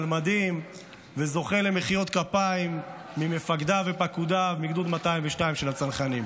מדים וזוכה למחיאות כפיים ממפקדיו ופקודיו מגדוד 202 של הצנחנים.